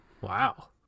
Wow